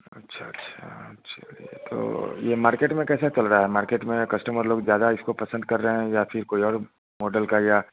अच्छा अच्छा अच्छा यह तो यह मार्केट में कैसा चल रहा है मार्केट में कस्टमर लोग ज़्यादा इसको पसंद कर रहे हैं या फ़िर कोई और मॉडल का या